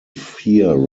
fear